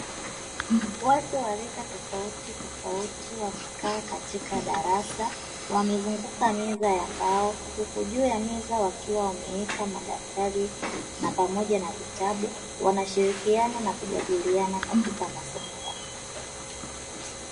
Watu warika tofautitofauti wamekaa katika darasa wamezunguka meza ya mbao huku juu ya meza, wakiwa wameweka madaftari na pamoja na vitabu wanashirikiana na kujadiliana katika masomo yao.